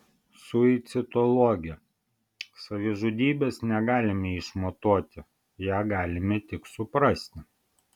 suicidologė savižudybės negalime išmatuoti ją galime tik suprasti